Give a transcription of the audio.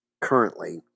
currently